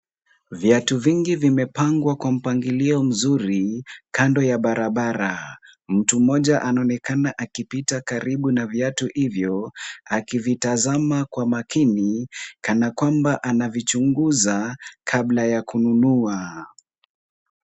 Viatu vingi vimepangwa kwa mpangilio mzuri kando ya barabara. Mtu mmoja anaonekana akipita karibu na viatu hivyo, akivitazama kwa makini, kana kwamba anavichunguza kabla ya kununua.